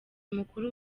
mukuru